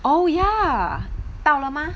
oh yeah 到了吗